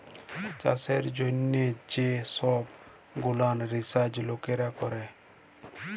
চাষের জ্যনহ যে সহব গুলান রিসাচ লকেরা ক্যরে